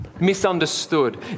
misunderstood